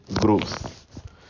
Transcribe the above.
growth